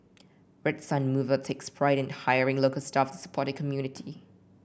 Red Sun Mover takes pride in hiring local staff to support the community